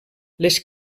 les